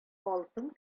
алтын